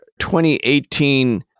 2018